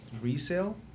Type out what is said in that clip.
resale